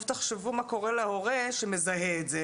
עכשיו תחשבו מה קורה להורה שמזהה את זה